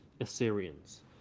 Assyrians